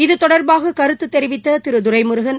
இதுதொடர்பாக கருத்து தெரிவித்த திரு துரைமுருகன்